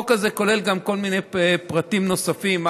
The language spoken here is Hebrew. החוק הזה כולל כל מיני פרטים נוספים,